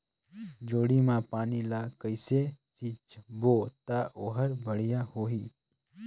जोणी मा पानी ला कइसे सिंचबो ता ओहार बेडिया होही?